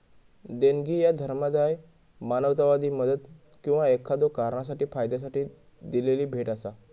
देणगी ह्या धर्मादाय, मानवतावादी मदत किंवा एखाद्यो कारणासाठी फायद्यासाठी दिलेली भेट असा